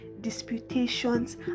disputations